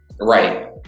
Right